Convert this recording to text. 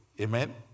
Amen